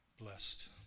blessed